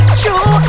true